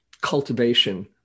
cultivation